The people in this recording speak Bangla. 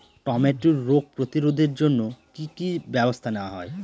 টমেটোর রোগ প্রতিরোধে জন্য কি কী ব্যবস্থা নেওয়া হয়?